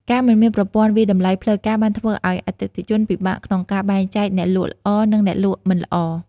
ការមិនមានប្រព័ន្ធវាយតម្លៃផ្លូវការបានធ្វើឱ្យអតិថិជនពិបាកក្នុងការបែងចែកអ្នកលក់ល្អនិងអ្នកលក់មិនល្អ។